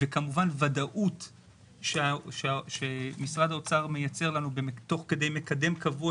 וכמובן ודאות שמשרד האוצר מייצר לנו תוך כדי מקדם קבוע